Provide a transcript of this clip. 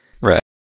Right